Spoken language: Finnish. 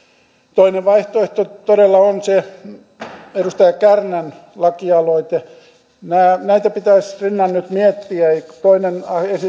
toinen vaihtoehto todella on se edustaja kärnän lakialoite näitä pitäisi rinnan nyt miettiä toinen